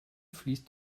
fließt